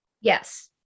Yes